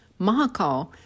Mahakal